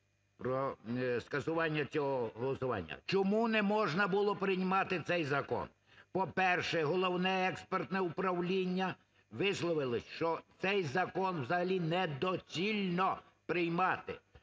про скасування цього голосування. Чому не можна було приймати цей закон? По-перше, Головне експертне управління висловилося, що цей закон взагалі недоцільно приймати,